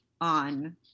on